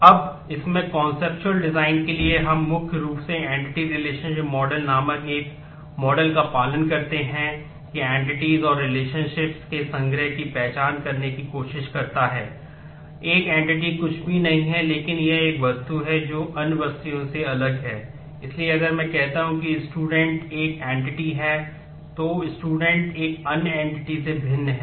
अब इसमें conceptual design और इसी तरह से भिन्न हैं